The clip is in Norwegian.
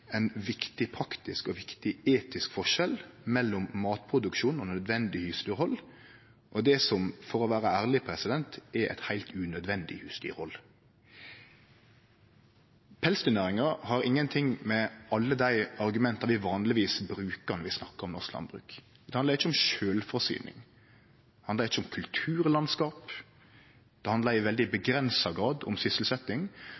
ein viktig praktisk og etisk forskjell mellom matproduksjon og nødvendig husdyrhald og det som, for å vere ærleg, er eit heilt unødvendig husdyrhald. Pelsdyrnæringa har ingenting å gjere med alle argumenta vi vanlegvis bruker når vi snakkar om norsk landbruk. Det handlar ikkje om sjølvforsyning. Det handlar ikkje om kulturlandskap. Det handlar i veldig